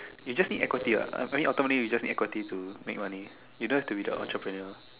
you just need equity [what] I find it ultimately you just need equity to make money you don't have to be the entrepreneur